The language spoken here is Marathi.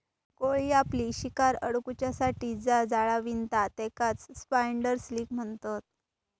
कोळी आपली शिकार अडकुच्यासाठी जा जाळा विणता तेकाच स्पायडर सिल्क म्हणतत